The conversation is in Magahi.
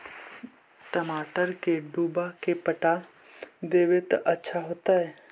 टमाटर के डुबा के पटा देबै त अच्छा होतई?